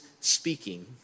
speaking